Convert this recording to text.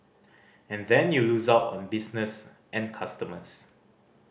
and then you lose out on business and customers